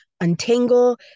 untangle